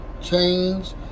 change